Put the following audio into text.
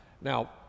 Now